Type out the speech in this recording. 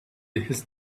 his